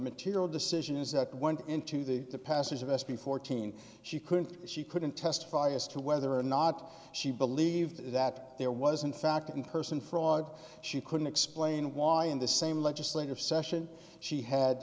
material decision is that went into the passage of s b fourteen she couldn't she couldn't testify as to whether or not she believed that there wasn't fact in person fraud she couldn't explain why in the same legislative session she had